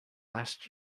last